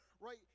right